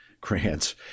grants